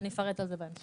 אני אפרט על זה בהמשך.